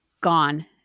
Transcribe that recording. gone